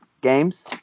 games